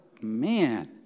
Man